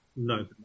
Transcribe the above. No